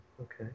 okay